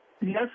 Yes